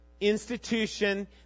institution